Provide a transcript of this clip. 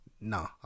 no